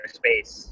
space